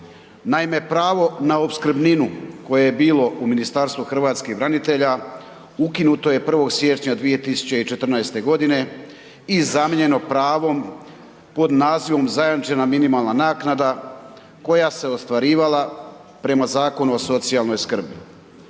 Naime, pravo na opskrbninu koje je bilo u Ministarstvu hrvatskih branitelja ukinuto je 1. siječnja 2014.g. i zamijenjeno pravom pod nazivom „zajamčena minimalna naknada“ koja se ostvarivala prema Zakonu o socijalnoj skrbi.